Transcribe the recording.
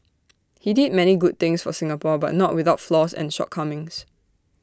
he did many good things for Singapore but not without flaws and shortcomings